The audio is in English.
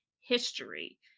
history